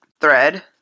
thread